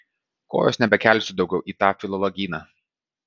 kojos nebekelsiu daugiau į tą filologyną